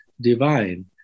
divine